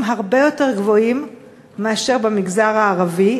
הרבה יותר גבוהים מאשר במגזר הערבי.